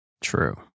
True